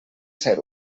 ser